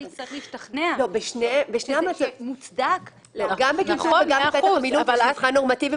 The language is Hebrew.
יצטרך להשתכנע שזה מוצדק --- גם --- נורמטיביים